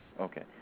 Okay